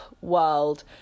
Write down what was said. world